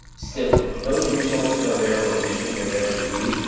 still, those resources are there for a reason, they're there for you.